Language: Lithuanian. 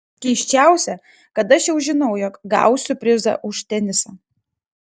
keisčiausia kad aš jau žinau jog gausiu prizą už tenisą